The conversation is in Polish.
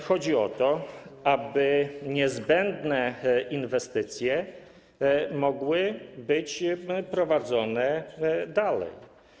Chodzi o to, aby niezbędne inwestycje mogły być prowadzone dalej.